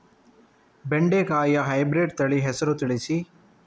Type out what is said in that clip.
ಬೆಂಡೆಕಾಯಿಯ ಹೈಬ್ರಿಡ್ ತಳಿ ಹೆಸರು ತಿಳಿಸಿ?